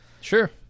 Sure